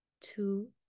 two